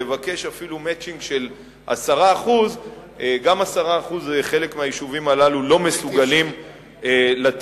לבקש אפילו "מצ'ינג" של 10% גם 10% חלק מהיישובים הללו לא מסוגלים לתת.